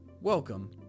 Welcome